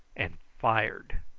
and fired.